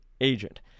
agent